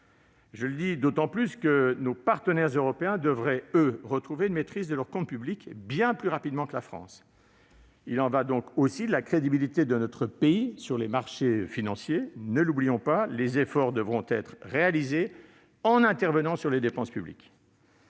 Au demeurant, nos partenaires européens devraient, eux, retrouver une maîtrise de leurs comptes publics bien plus rapidement que la France. Il y va donc aussi de la crédibilité de notre pays sur les marchés financiers ; ne l'oublions pas. Les efforts devront être réalisés en intervenant sur les dépenses publiques.